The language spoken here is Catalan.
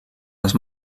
les